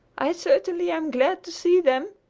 i certainly am glad to see them.